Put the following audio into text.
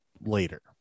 later